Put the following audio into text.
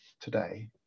today